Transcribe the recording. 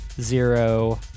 zero